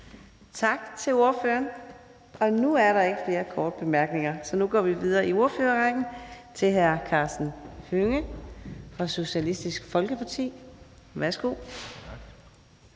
Tak til ordføreren. Der er ikke nogen korte bemærkninger, og så går vi videre i ordførerrækken til hr. Mikkel Bjørn, Dansk Folkeparti. Værsgo.